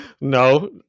No